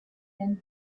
and